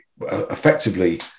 effectively